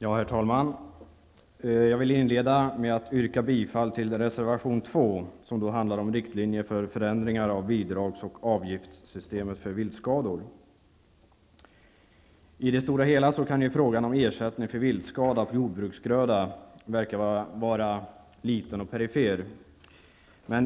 Herr talman! Jag vill inleda med att yrka bifall till reservation 2, som handlar om riktlinjer för förändringar av bidrags och avgiftssystemet för viltskador. I det stora hela kan frågan om ersättning för viltskada på jordbruksgröda verka vara liten och perifer.